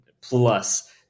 plus